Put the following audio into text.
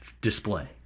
display